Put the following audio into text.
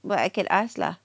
but I can ask lah